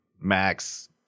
Max